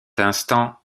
instant